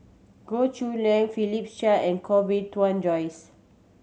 Goh Chiew Lye Philip Chia and Koh Bee Tuan Joyce